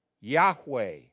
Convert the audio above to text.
Yahweh